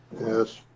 Yes